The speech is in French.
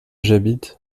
j’habite